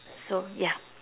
so ya